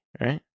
right